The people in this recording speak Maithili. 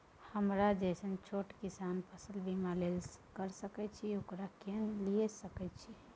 हमरा जैसन छोट किसान फसल बीमा ले सके अछि आरो केना लिए सके छी?